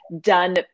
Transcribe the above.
done